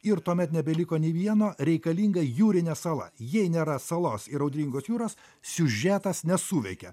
ir tuomet nebeliko nei vieno reikalinga jūrinė sala jei nėra salos ir audringos jūros siužetas nesuveikia